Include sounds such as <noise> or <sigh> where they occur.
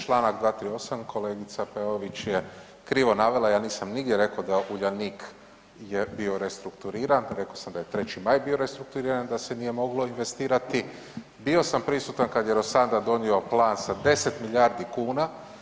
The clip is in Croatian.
Čl. 238., kolegica Peović je krivo navela, ja nisam nigdje rekao da Uljanik je bio restrukturiran, rekao sam da je 3. Maj bio restrukturiran i da se nije moglo investirati, bio sam prisutan kad je ... <unintelligible> donio plan sa 10 milijardi kuna.